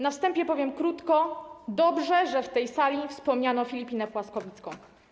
Na wstępie powiem krótko: dobrze, że w tej sali wspomniano Filipinę Płaskowicką.